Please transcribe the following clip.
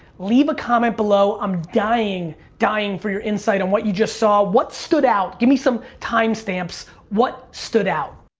leave a comment below. i'm dying, dying for your insight on what you just saw. what stood out, give me some time stamps. what stood out?